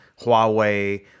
Huawei